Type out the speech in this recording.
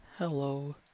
Hello